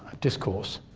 discourse.